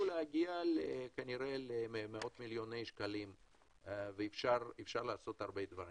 להגיע למאות מיליוני שקלים ואפשר לעשות אתם הרבה דברים.